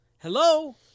Hello